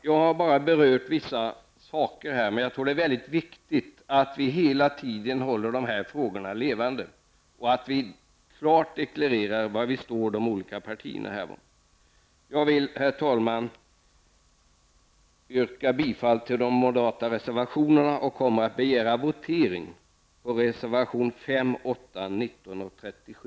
Jag har här bara berört vissa saker, men jag tror att det är mycket viktigt att vi hela tiden håller dessa frågor levande och att de olika partierna klart deklarerar var de står. Herr talman! Jag stöder de moderata reservationerna men yrkar enbart bifall till reservationerna nr 5, 8, 19 och 37.